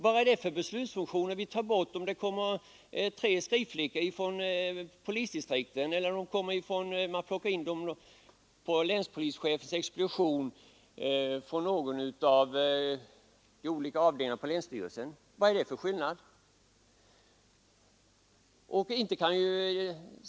Vad är det för skillnad om kanslipersonalen kommer till länspolischefens expedition från polisdistrikten eller från någon av de olika avdelningarna på länsstyrelsen? Vilka beslutsfunktioner tar man bort?